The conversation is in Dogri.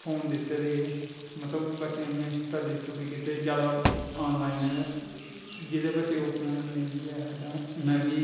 फोन दित्ते दे हे मतलब बच्चें गी उ'नें स्टडी स्टूडी कीती दी जैदा आनलाइन जि'नें बच्चें कोल फोन नेईं बी है हे ते उ'नें बी